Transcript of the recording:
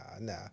nah